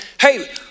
Hey